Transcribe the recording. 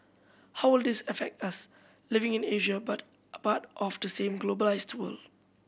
how will this affect us living in Asia but part of the same globalised world